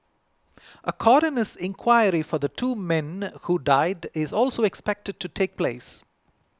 a coroner's inquiry for the two men who died is also expected to take place